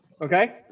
Okay